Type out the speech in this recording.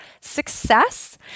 success